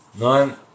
Nine